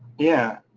yeah,